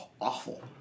awful